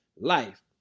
life